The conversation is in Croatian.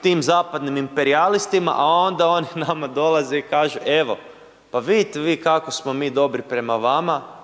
tim zapadnim imperijalistima, a onda oni nama dolaze i kažu, evo, pa vidite vi kako smo mi dobri prema vama,